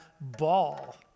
ball